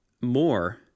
more